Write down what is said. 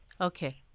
Okay